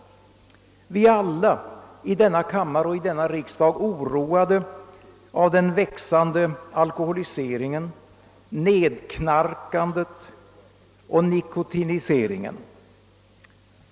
Vi alla i denna kammare och i denna riksdag är oroade över den växande alkoholiseringen, nedknarkningen och nikotiniseringen.